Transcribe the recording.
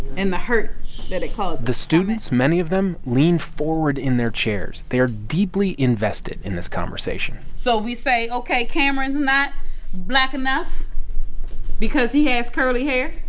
and the hurt that it causes the students, many of them, lean forward in their chairs. they are deeply invested in this conversation so we say ok, cameron's not black enough because he has curly hair.